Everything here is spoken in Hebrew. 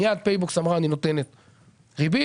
מיד פייבוקס אמרה אני נותנת ריבית.